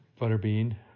Butterbean